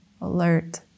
alert